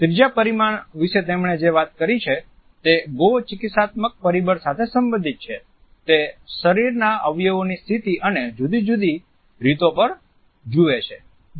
ત્રીજા પરિમાણ વિશે તેમણે જે વાત કરી છે તે ગૌ ચિકિત્સાત્મક પરિબળો સાથે સંબંધિત છે તે શરીરના અવયવોની સ્થિતિ અને જુદી જુદી રીતો પર જુએ છે